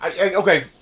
Okay